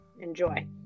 enjoy